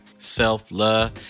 self-love